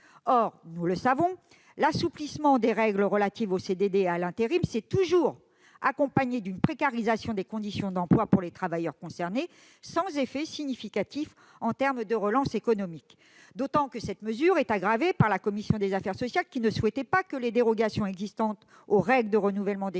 ? Nous le savons, l'assouplissement des règles relatives au CDD et à l'intérim s'est toujours accompagné d'une précarisation des conditions d'emploi pour les travailleurs concernés, sans effet significatif en termes de relance économique, d'autant que cette mesure a été aggravée par la commission des affaires sociales, qui ne souhaitait pas que les dérogations aux règles de renouvellement des